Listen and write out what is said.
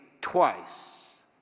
twice